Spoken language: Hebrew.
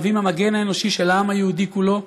מהווים את המגן האנושי של העם היהודי כולו,